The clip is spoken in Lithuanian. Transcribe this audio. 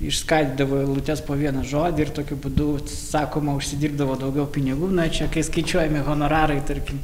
išskaidydavo eilutes po vieną žodį ir tokiu būdu sakoma užsidirbdavo daugiau pinigų čia kai skaičiuojami honorarai tarkim